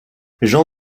jean